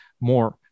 More